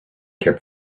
kept